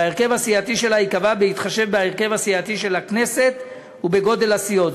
וההרכב הסיעתי שלה ייקבע בהתחשב בהרכב הסיעתי של הכנסת ובגודל הסיעות.